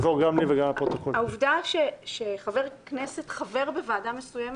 העובדה שחבר כנסת חבר בוועדה מסוימת,